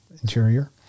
Interior